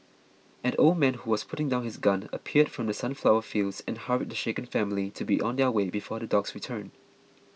an old man who was putting down his gun appeared from the sunflower fields and hurried the shaken family to be on their way before the dogs return